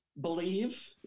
believe